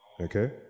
okay